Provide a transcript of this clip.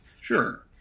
Sure